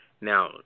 Now